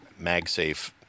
MagSafe